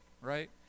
right